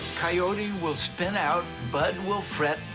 coyote will spin out, bud will fret,